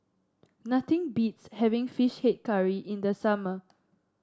nothing beats having fish head curry in the summer